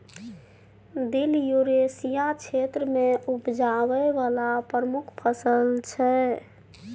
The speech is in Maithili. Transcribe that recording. दिल युरेसिया क्षेत्र मे उपजाबै बला प्रमुख फसल छै